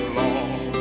long